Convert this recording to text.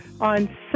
on